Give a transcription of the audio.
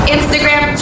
Instagram